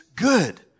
Good